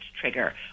trigger